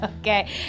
Okay